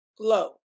Glow